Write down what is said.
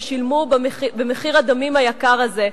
ששילמו במחיר הדמים היקר הזה,